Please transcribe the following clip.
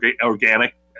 organic